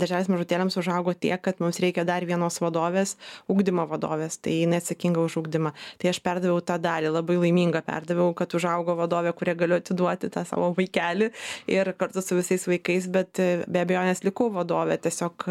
darželis mažutėliams užaugo tiek kad mums reikia dar vienos vadovės ugdymo vadovės tai jinai atsakinga už ugdymą tai aš perdaviau tą dalį labai laiminga perdaviau kad užaugo vadovė kuria galiu atiduoti tą savo vaikelį ir kartu su visais vaikais bet be abejonės likau vadove tiesiog